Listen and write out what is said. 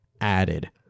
added